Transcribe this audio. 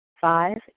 Five